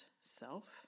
self